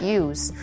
use